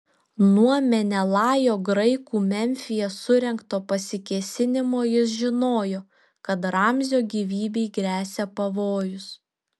nuo menelajo graikų memfyje surengto pasikėsinimo jis žinojo kad ramzio gyvybei gresia pavojus